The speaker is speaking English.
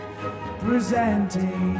presenting